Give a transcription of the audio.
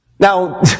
Now